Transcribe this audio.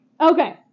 Okay